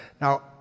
Now